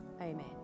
Amen